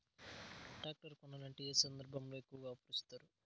Tractor కొనాలంటే ఏ సందర్భంలో ఎక్కువగా ఆఫర్ ఇస్తారు?